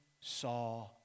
saw